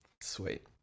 Sweet